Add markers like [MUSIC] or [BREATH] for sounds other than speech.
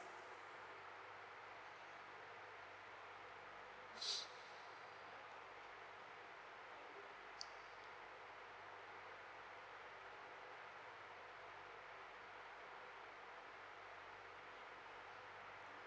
[BREATH]